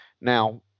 Now